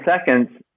seconds